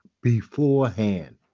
beforehand